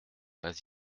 pas